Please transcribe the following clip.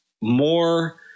more